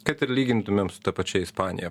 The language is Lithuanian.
kad ir lygintumėm su ta pačia ispanija